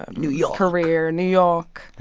ah new york. career, new york.